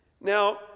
Now